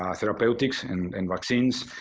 ah therapeutics and and vaccines.